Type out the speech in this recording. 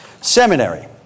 Seminary